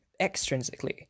extrinsically